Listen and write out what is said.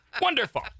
Wonderful